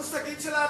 מושגים של העתיד?